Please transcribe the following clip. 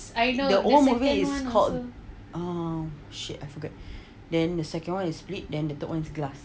the old movie is called uh shit I forget then the second [one] is split the third [one] is glass